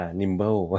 nimble (